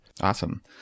Awesome